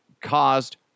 caused